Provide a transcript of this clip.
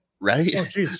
Right